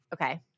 okay